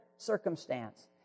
circumstance